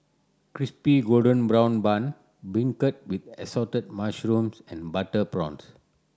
Crispy Golden Brown Bun beancurd with Assorted Mushrooms and butter prawns